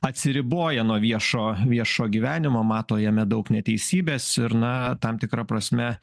atsiriboja nuo viešo viešo gyvenimo mato jame daug neteisybės ir na tam tikra prasme